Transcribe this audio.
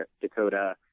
dakota